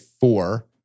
four